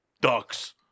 ducks